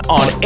on